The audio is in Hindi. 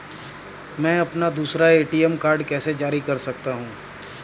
मैं अपना दूसरा ए.टी.एम कार्ड कैसे जारी कर सकता हूँ?